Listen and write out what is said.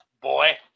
boy